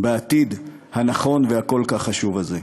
בעתיד הנכון והכל-כך חשוב הזה,